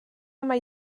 mai